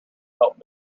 help